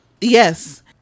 Yes